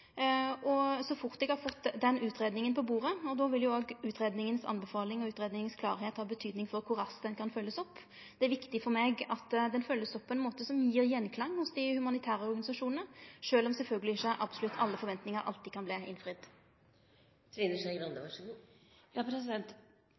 så fort eg har fått den utgreiinga på bordet. Då vil jo utgreiinga si anbefaling ha betyding for kor raskt dette kan følgjast opp. Det er viktig for meg at dette vert følgt opp på ein måte som gjev gjenklang hos dei humanitære organisasjonane, sjølv om sjølvsagt ikkje alle forventningar alltid kan